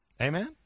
Amen